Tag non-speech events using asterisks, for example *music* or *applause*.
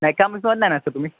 नाही *unintelligible* तुम्ही